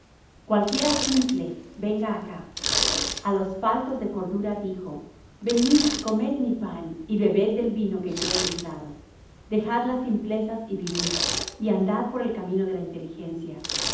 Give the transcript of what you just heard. cualquiera simple venga acá a los faltos de cordura dijo venid comed mi pan y bebed del vino que yo he templado dejad las simplezas y vivid y andad por el camino de la inteligencia